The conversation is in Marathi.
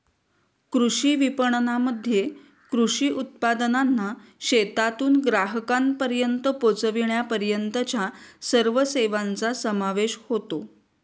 कृषी विपणनामध्ये कृषी उत्पादनांना शेतातून ग्राहकांपर्यंत पोचविण्यापर्यंतच्या सर्व सेवांचा समावेश होतो